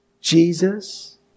Jesus